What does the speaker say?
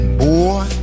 boy